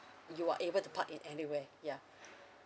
you are able to park in anywhere ya